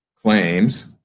claims